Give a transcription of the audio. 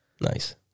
Nice